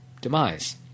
demise